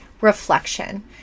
reflection